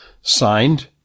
Signed